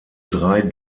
drei